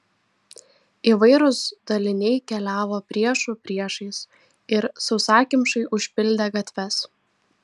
įvairūs daliniai keliavo priešų priešais ir sausakimšai užpildė gatves